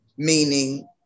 Meaning